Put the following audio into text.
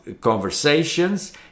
Conversations